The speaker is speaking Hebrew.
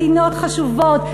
מדינות חשובות,